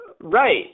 right